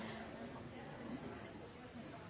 man det er viktig at man har en